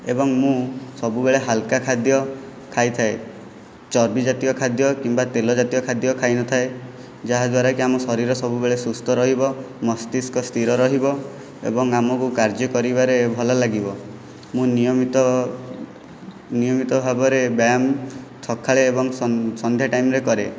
ଏବଂ ମୁଁ ସବୁବେଳେ ହାଲକା ଖାଦ୍ୟ ଖାଇଥାଏ ଚର୍ବି ଜାତୀୟ ଖାଦ୍ୟ କିମ୍ବା ତେଲ ଜାତୀୟ ଖାଦ୍ୟ ଖାଇନଥାଏ ଯାହାଦ୍ୱାରାକି ଆମ ଶରୀର ସବୁବେଳେ ସୁସ୍ଥ ରହିବ ମସ୍ତିଷ୍କ ସ୍ତିର ରହିବ ଏବଂ ଆମକୁ କାର୍ଯ୍ୟ କରିବାରେ ଭଲ ଲାଗିବ ମୁଁ ନିୟମିତ ନିୟମିତ ଭାବରେ ବ୍ୟାୟାମ ସକାଳେ ଏବଂ ସନ୍ଧ୍ୟା ଟାଇମରେ କରେ